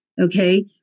okay